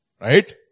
right